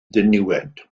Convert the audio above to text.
ddiniwed